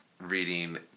reading